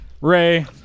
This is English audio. Ray